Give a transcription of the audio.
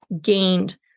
gained